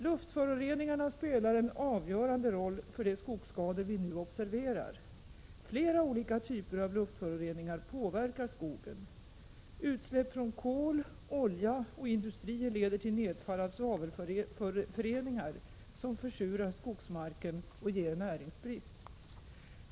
Luftföroreningarna spelar en avgörande roll för de skogsskador vi nu observerar. Flera olika typer av luftföroreningar påverkar skogen. Utsläppen från förbränning av kol och olja och från industrier leder till nedfall av svavelföreningar, som försurar skogsmarken och ger näringsbrist.